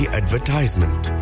advertisement